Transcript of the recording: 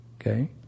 Okay